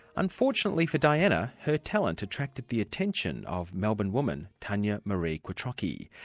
unfortunately for diana, her talent attracted the attention of melbourne woman tanya maree quattrocchi.